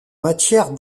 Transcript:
matière